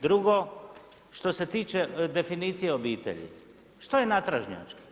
Drugo, što se tiče definicije obitelji, što je natražnjački?